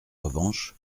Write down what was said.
revanche